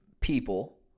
people